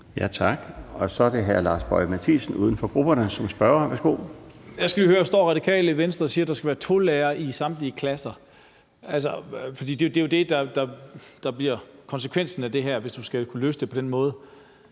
Tak. Så er det hr. Lars Boje Mathiesen, uden for grupperne, som spørger. Værsgo. Kl. 17:49 Lars Boje Mathiesen (UFG): Jeg skal lige høre noget: Står Radikale Venstre og siger, at der skal være to lærere i samtlige klasser? For det er jo det, der bliver konsekvensen af det her, hvis du skal kunne løfte det på den måde,